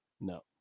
no